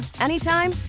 anytime